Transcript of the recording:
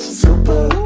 super